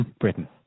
Britain